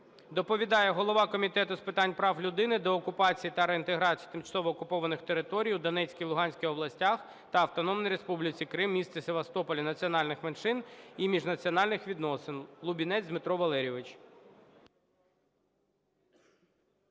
Доповідає голова Комітету з питань прав людини, деокупації та реінтеграції тимчасово-окупованих територій у Донецькій, Луганській областях та Автономній Республіці Крим, міста Севастополя, національних меншин і міжнаціональних відносин Лубінець Дмитро Валерійович.